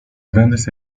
grandes